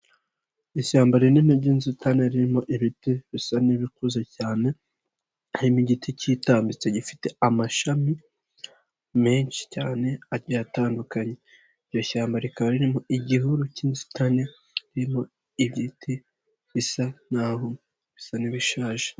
Ishyamba rinini ry'inzitane ririmo ibiti bisa n'ibikuze cyane. Harimo igiti kitambitse gifite amashami menshi cyane agiye atandukanye. Iryo shyamba rikaba ririmo igihuru k'inzitane ririmo ibiti bisa n'aho bisa n'ibishaje.